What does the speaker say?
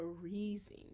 freezing